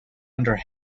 under